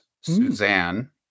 Suzanne